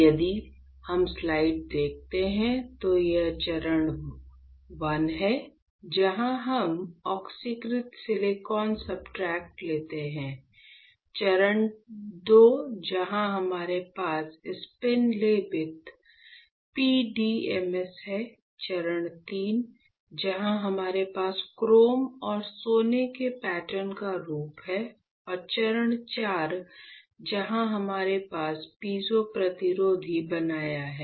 यदि हम स्लाइड देखते हैं तो वह चरण I है जहां हम ऑक्सीकृत सिलिकॉन सब्सट्रेट लेते हैं चरण II जहां हमारे पास स्पिन लेपित PDMS है चरण III जहां हमारे पास क्रोम और सोने के पैटर्न का रूप है और चरण IV जहां हमने पीजो प्रतिरोधी बनाया है